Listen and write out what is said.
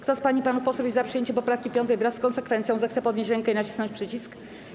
Kto z pań i panów posłów jest za przyjęciem poprawki 5. wraz z konsekwencją, zechce podnieść rękę i nacisnąć przycisk.